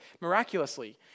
miraculously